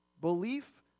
belief